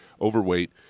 overweight